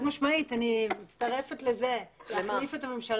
חד משמעית, אני מצטרפת לזה, להחליף את הממשלה.